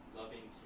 loving